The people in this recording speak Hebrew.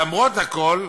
למרות הכול,